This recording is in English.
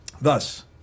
Thus